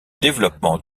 développement